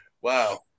wow